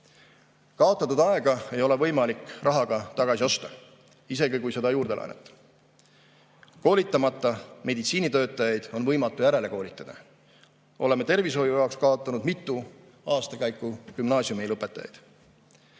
Kaotatud aega ei ole võimalik rahaga tagasi osta, isegi kui seda juurde laenata. Koolitamata meditsiinitöötajaid on võimatu järele koolitada. Oleme tervishoiu jaoks kaotanud mitu aastakäiku gümnaasiumilõpetajaid.